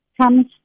comes